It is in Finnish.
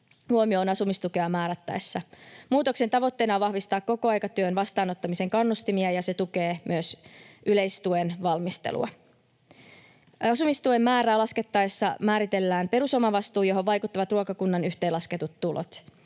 huomioon asumistukea määrättäessä. Muutoksen tavoitteena on vahvistaa kokoaikatyön vastaanottamisen kannustimia, ja se tukee myös yleistuen valmistelua. Asumistuen määrää laskettaessa määritellään perusomavastuu, johon vaikuttavat ruokakunnan yhteenlasketut tulot.